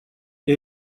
que